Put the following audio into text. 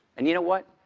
and you know what?